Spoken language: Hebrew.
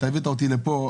אתה הבאתי אותי לפה,